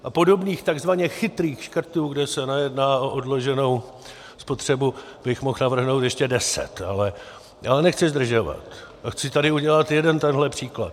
A podobných takzvaně chytrých škrtů, kde se nejedná o odloženou spotřebu, bych mohl navrhnout ještě deset, ale nechci zdržovat a chci tady udělat jeden tenhle příklad.